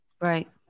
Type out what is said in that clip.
Right